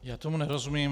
Já tomu nerozumím.